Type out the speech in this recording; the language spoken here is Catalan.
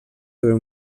sobre